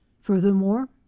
Furthermore